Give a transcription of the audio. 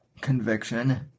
Conviction